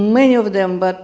many of them but